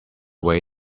way